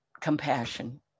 compassion